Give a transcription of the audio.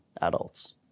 adults